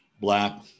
black